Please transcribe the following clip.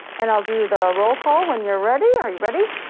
and i'll do the roll call when you're ready. are you ready?